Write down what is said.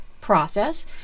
process